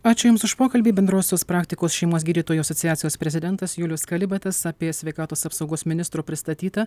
ačiū jums už pokalbį bendrosios praktikos šeimos gydytojų asociacijos prezidentas julius kalibatas apie sveikatos apsaugos ministro pristatyta